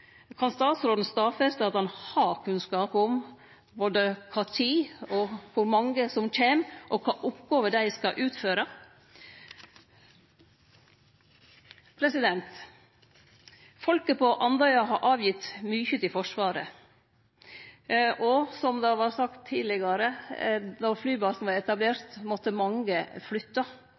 Kan statsråden stadfeste at han har kunnskap om både kva tid dei kjem, kor mange som kjem, og kva for oppgåver dei skal utføre? Folket på Andøya har gitt mykje frå seg til Forsvaret, og som det er vorte sagt tidlegare, då flybasen vart etablert, måtte mange